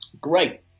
great